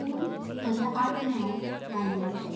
पूण म्हजे आड नांव वांयगणकर